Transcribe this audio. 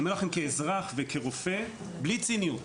אני אומר לכם כאזרח וכרופא בלי ציניות